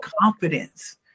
confidence